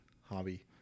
hobby